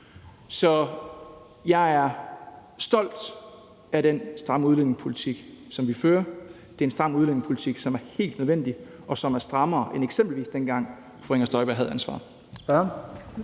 Så jeg er stolt af den stramme udlændingepolitik, som vi fører. Det er en stram udlændingepolitik, som er helt nødvendig, og som er strammere end eksempelvis dengang, da fru Inger Støjberg havde ansvaret.